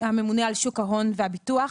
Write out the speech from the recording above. הממונה על שוק ההון והביטוח,